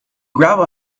gravel